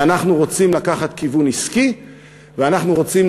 ואנחנו רוצים לקחת כיוון עסקי ואנחנו רוצים